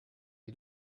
die